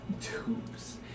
tubes